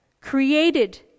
created